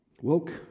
Woke